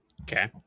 Okay